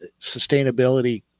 sustainability